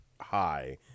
high